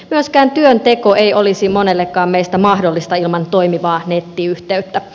myöskään työnteko ei olisi monellekaan meistä mahdollista ilman toimivaa nettiyhteyttä